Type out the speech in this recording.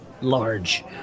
large